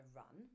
run